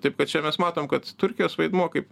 taip kad čia mes matom kad turkijos vaidmuo kaip